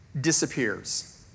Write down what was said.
disappears